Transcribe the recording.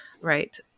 right